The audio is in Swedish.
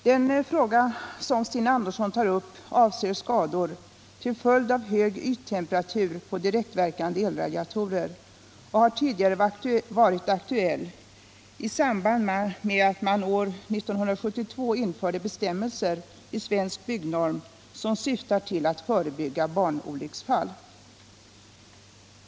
Den fråga som Stina Andersson tar upp avser skador till följd av hög yttemperatur på direktverkande elradiatorer och har tidigare varit aktuell i samband med att man år 1972 införde bestämmelser i Svensk byggnorm, som syftar till att förebygga barnolycksfall.